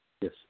Yes